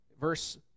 Verse